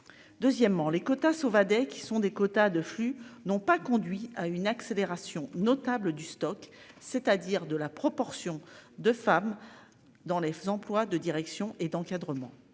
Deuxièmement les quotas Sauvadet qui sont des quotas de flux n'ont pas conduit à une accélération notable du stock c'est-à-dire de la proportion de femmes dans les feux emplois de direction et d'encadrement.